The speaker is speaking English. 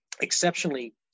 exceptionally